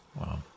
Wow